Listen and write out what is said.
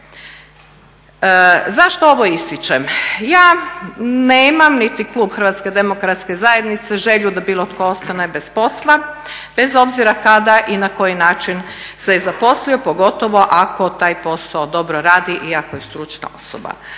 Zašto ovo ističem? Ja nemam niti klub Hrvatske demokratske zajednice želju da bilo tko ostane bez posla bez obzira kada i na koji način se zaposlio pogotovo ako taj posao dobro radi i ako je stručna osoba.